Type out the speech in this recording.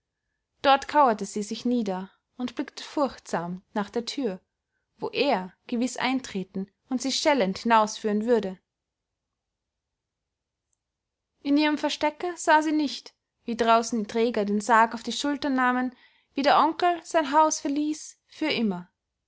dort kauerte sie sich nieder und blickte furchtsam nach der thür wo er gewiß eintreten und sie scheltend hinausführen würde in ihrem verstecke sah sie nicht wie draußen die träger den sarg auf die schultern nahmen wie der onkel sein haus verließ für immer